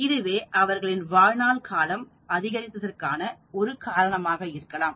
இதுவே அவர்களின் வாழ்நாள்காலம் அதிகரித்ததற்கு ஒரு காரணமாக இருக்கலாம்